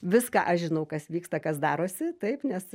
viską aš žinau kas vyksta kas darosi taip nes